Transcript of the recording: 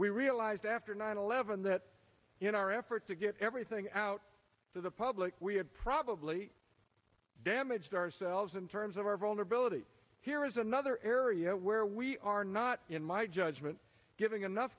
we realized after nine eleven that in our effort to get everything out to the public we had probably damaged ourselves in terms of our vulnerability here is another area where we are not in my judgment giving enough